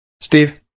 Steve